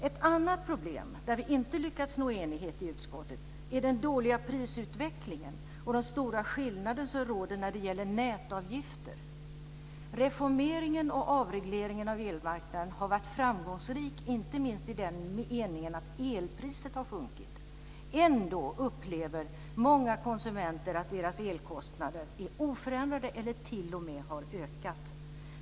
Ett annat problem där vi inte lyckats nå enighet i utskottet är den dåliga prisutvecklingen och de stora skillnader som råder när det gäller nätavgifter. Reformeringen och avregleringen av elmarknaden har varit framgångsrik, inte minst i den meningen att elpriset har sjunkit. Ändå upplever många konsumenter att deras elkostnader är oförändrade eller t.o.m. har ökat.